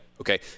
Okay